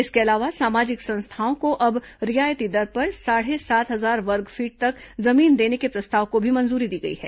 इसके अलावा सामाजिक संस्थाओं को अब रियायती दर पर साढ़े सात हजार वर्गफीट तक जमीन देने के प्रस्ताव को भी मंजूरी दी गई है